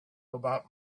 about